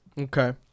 Okay